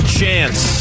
chance